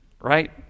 Right